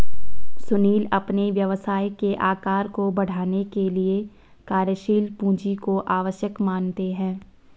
सुनील अपने व्यवसाय के आकार को बढ़ाने के लिए कार्यशील पूंजी को आवश्यक मानते हैं